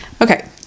Okay